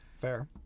Fair